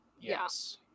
yes